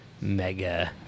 mega –